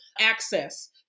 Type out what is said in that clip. access